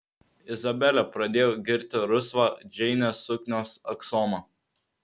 izabelė pradėjo girti rusvą džeinės suknios aksomą